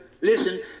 Listen